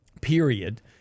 period